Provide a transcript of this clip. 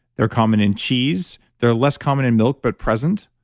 they're common in cheese, they're less common in milk but present,